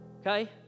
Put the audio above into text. okay